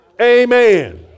Amen